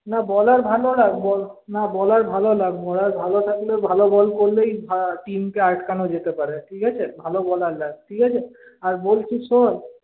না বলার ভালো রাখ না বলার ভালো রাখ বলার ভালো থাকলে ভালো বল করলেই টিমকে আটকানো যেতে পারে ঠিক আছে ভালো বলার রাখ ঠিক আছে আর বলছি শোন